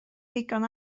ddigon